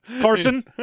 Carson